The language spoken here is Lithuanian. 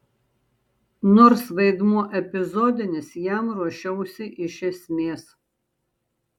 nors vaidmuo epizodinis jam ruošiausi iš esmės